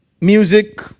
music